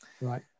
Right